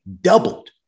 doubled